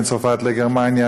בין צרפת לגרמניה,